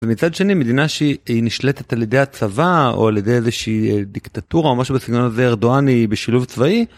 מצד שני מדינה שהיא נשלטת על ידי הצבא או על ידי איזושהי דיקטטורה או משהו בסגנון הזה ארדואני בשילוב צבאי.